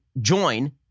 join